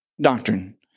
doctrine